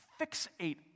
Fixate